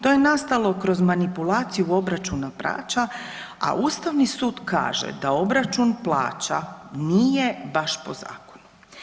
To je nastalo kroz manipulaciju obračuna plaća, a ustavni sud kaže da obračun plaća nije baš po zakonu.